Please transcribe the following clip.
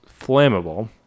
flammable